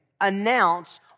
announce